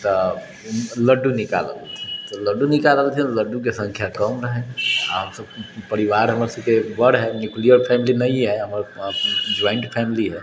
तऽ लड्डू निकाललखिन लड्डू निकाललखिन तऽ लड्डूके सँख्या कम रहनि आओर हमसब परिवार हमर सबके बड़ हइ न्यूक्लियर फैमिली नहि हइ हमर जॉइन्ट फैमिली हइ